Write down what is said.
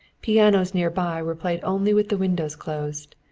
pianos near by were played only with the windows closed,